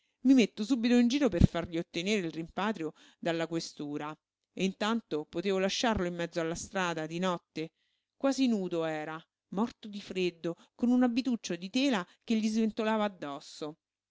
metto subito subito in giro per fargli ottenere il rimpatrio dalla questura e intanto potevo lasciarlo in mezzo alla strada di notte quasi nudo era morto di freddo con un abituccio di tela che gli sventolava addosso